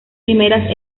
primeras